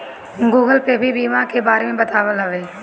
Google पे भी ई बीमा के बारे में बतावत हवे